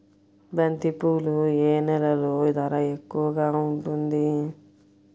బంతిపూలు ఏ నెలలో ధర ఎక్కువగా ఉంటుంది?